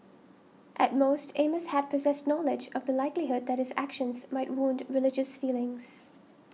at most Amos had possessed knowledge of the likelihood that his actions might wound religious feelings